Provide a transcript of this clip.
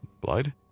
Blood